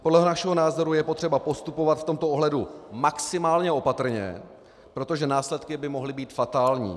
Podle našeho názoru je potřeba postupovat v tomto ohledu maximálně opatrně, protože následky by mohly být fatální.